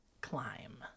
climb